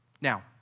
Now